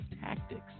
tactics